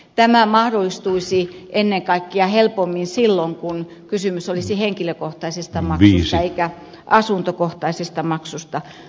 tämä mahdollistuisi ennen kaikkea helpommin silloin kun kysymys olisi henkilökohtaisesta maksusta eikä asuntokohtaisesta maksusta